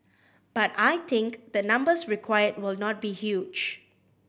but I think the numbers required will not be huge